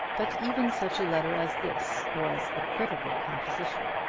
but even such a letter as this was a critical composition.